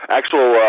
actual –